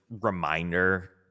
reminder